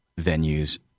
venues